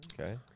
Okay